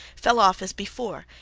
fell off as before,